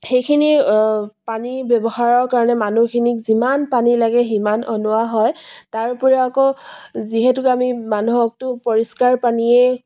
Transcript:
সেইখিনি পানী ব্যৱহাৰৰ কাৰণে মানুহখিনিক যিমান পানী লাগে সিমান ওলোৱা হয় তাৰ উপৰি আকৌ যিহেতুকে আমি মানুহকতো পৰিষ্কাৰ পানীয়েই